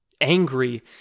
angry